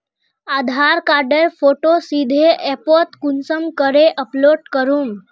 आधार कार्डेर फोटो सीधे ऐपोत कुंसम करे अपलोड करूम?